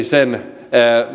sen